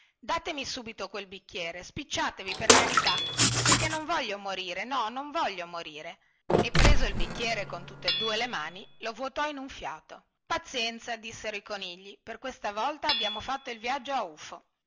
datemi subito quel bicchiere spicciatevi per carità perché non voglio morire no non voglio morire e preso il bicchiere con tutte due le mani lo votò in un fiato pazienza dissero i conigli per questa volta abbiamo fatto il viaggio a ufo